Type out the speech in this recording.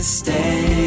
stay